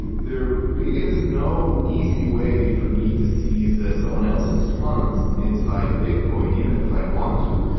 and there really is no easy way for me to seize ah someone else's funds inside bitcoin even if i want to,